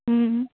ಹ್ಞೂ